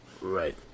right